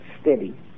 steady